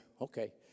Okay